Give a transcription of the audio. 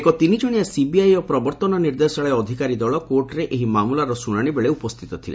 ଏକ ତିନି ଜଣିଆ ସିବିଆଇ ଓ ପ୍ରବର୍ତ୍ତନ ନିର୍ଦ୍ଦେଶାଳୟ ଅଧିକାରୀ ଦଳ କୋର୍ଟରେ ଏହି ମାମଲାର ଶୁଣାଶିବେଳେ ଉପସ୍ଥିତ ଥିଲେ